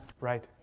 Right